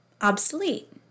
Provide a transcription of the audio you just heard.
obsolete